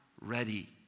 ready